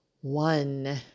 one